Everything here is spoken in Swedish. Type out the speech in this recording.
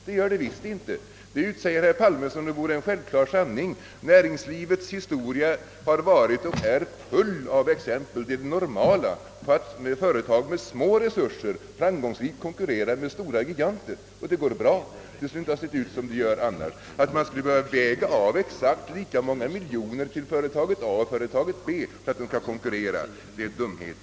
Detta säger han som om det vore en given sanning. Men det är det visst inte. Näringslivets historia är full av exempel på att företag med små resurser framgångsrikt konkurrerat med gigantiska företag. Att tänka att man måste ge exakt lika många miljoner till företaget A som till företaget B för att de skall konkurrera är en dumhet.